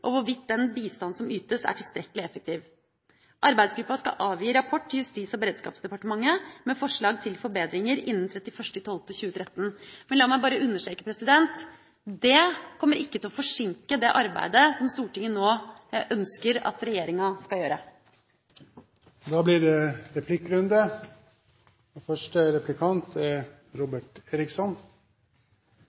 og hvorvidt den bistanden som ytes, er tilstrekkelig effektiv. Arbeidsgruppa skal avgi rapport til Justis- og beredskapsdepartementet med forslag til forbedringer innen 31. desember 2013. Men la meg bare understreke: Det kommer ikke til å forsinke det arbeidet som Stortinget nå ønsker at regjeringa skal gjøre. Det blir